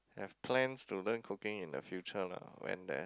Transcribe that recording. I have plans to learn cooking in the future lah when there